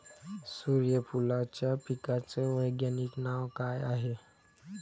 सुर्यफूलाच्या पिकाचं वैज्ञानिक नाव काय हाये?